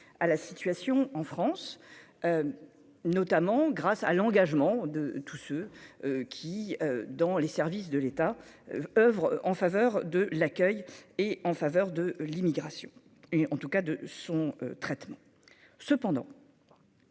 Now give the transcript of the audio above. à la situation en France, notamment grâce à l'engagement de tous ceux qui, dans les services de l'État oeuvrent en faveur de l'accueil et en faveur de l'immigration et en tout cas de son traitement